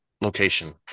location